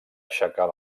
aixecar